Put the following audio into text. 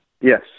Yes